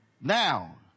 Now